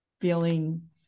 feeling